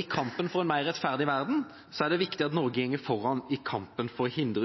I kampen for en mer rettferdig verden er det viktig at Norge går foran for å hindre